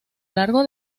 largo